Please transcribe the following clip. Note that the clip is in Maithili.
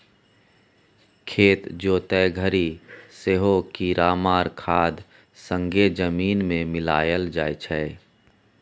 खेत जोतय घरी सेहो कीरामार खाद संगे जमीन मे मिलाएल जाइ छै